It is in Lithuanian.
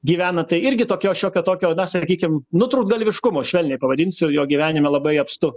gyvena tai irgi tokio šiokio tokio na sakykim nutrūktgalviškumo švelniai pavadinsiu jo gyvenime labai apstu